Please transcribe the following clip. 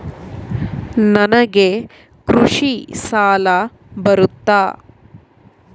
ನನಗೆ ಕೃಷಿ ಸಾಲ ಬರುತ್ತಾ?